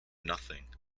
nothing